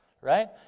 Right